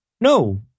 No